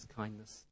kindness